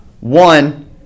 One